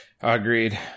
Agreed